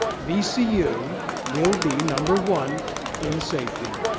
vcu will be number one in safety.